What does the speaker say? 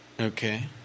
Okay